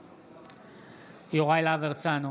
נגד יוראי להב הרצנו,